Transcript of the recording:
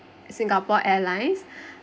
Singapore Airlines